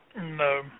No